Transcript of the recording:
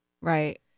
Right